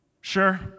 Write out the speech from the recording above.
Sure